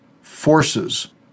Forces